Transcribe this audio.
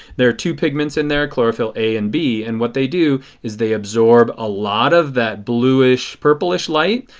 there are two pigments in there, chlorophyll a and b. and what they do is they absorb a lot of that bluish purplish light.